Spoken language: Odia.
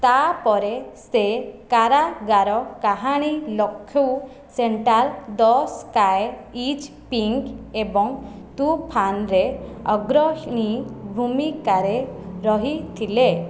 ତା'ପରେ ସେ କାରାଗାର କାହାଣୀ 'Lucknow central ' 'the sky is pink ' ଏବଂ 'ତୁଫାନ'ରେ ଅଗ୍ରଣୀ ଭୂମିକାରେ ରହିଥିଲେ